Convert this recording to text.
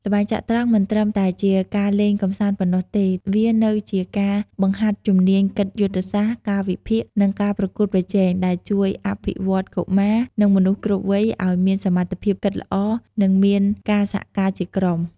ល្បែងចត្រង្គមិនត្រឹមតែជាការលេងកំសាន្តប៉ុណ្ណោះទេ វានៅជាការបង្ហាត់ជំនាញគិតយុទ្ធសាស្ត្រ ការវិភាគ និងការប្រកួតប្រជែង ដែលជួយអភិវឌ្ឍកុមារ និងមនុស្សគ្រប់វ័យឲ្យមានសមត្ថភាពគិតល្អ និងមានការសហការជាក្រុម។